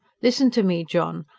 listen to me, john.